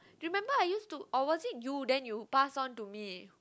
remember I use to I watching you then you pass it to me